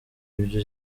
ibyo